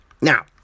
Now